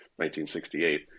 1968